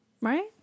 Right